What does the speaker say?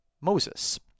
Moses